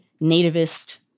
nativist